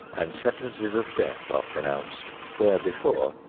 and sentences of death are pronounced, where before,